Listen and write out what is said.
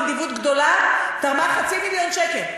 בנדיבות גדולה תרמה חצי מיליון שקל.